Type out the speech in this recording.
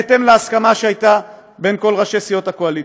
בהתאם להסכמה שהייתה בין כל ראשי סיעות הקואליציה.